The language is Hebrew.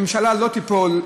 ממשלה לא תיפול,